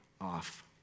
off